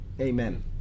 Amen